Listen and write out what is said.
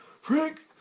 Frank